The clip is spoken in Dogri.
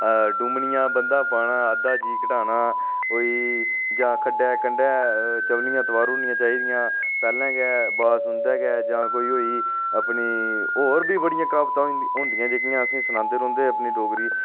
डुमनियां बंदा पाना अद्धा जी घटाना कोई जां खड्डै कंढै चप्पलियां तोआरुड़नियां चाहिदियां पैह्लें गै बाज सुनदे गै जां कोई होई गेई होर बी बड़ियां क्हावता होंदियां जेह्कियां असें ई सनांदे रौंह्दे अपनी डोगरी